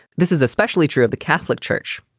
this is especially true of the catholic church.